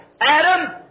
Adam